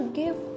give